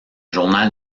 journal